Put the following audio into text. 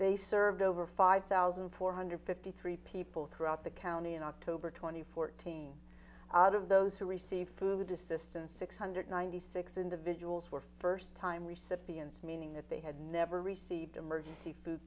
they served over five thousand four hundred fifty three people throughout the county in october two thousand and fourteen out of those who received food assistance six hundred ninety six individuals were first time recipients meaning that they had never received emergency food